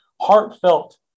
heartfelt